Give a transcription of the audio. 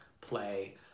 Play